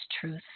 truth